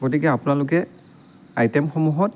গতিকে আপোনালোকে আইটেমসমূহত